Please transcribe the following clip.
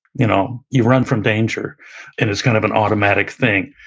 you know you run from danger and it's kind of an automatic thing.